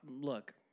look